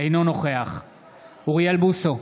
אינו נוכח אוריאל בוסו,